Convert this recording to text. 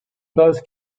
both